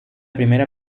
primera